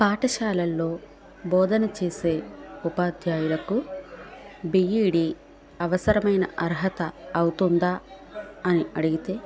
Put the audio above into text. పాఠశాలలో బోధన చేసే ఉపాధ్యాయులకు బీఈడీ అవసరమైన అర్హత అవుతుందా అని అడిగితే